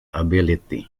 ability